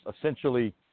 essentially –